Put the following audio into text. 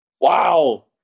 Wow